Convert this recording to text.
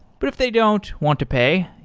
but if they don't want to pay,